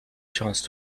chance